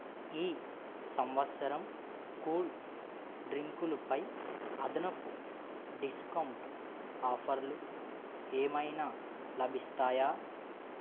ఈ సంవత్సరం కూల్ డ్రింకులుపై అదనపు డిస్కౌంట్ ఆఫర్లు ఏమైనా లభిస్తాయా